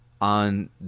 on